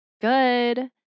Good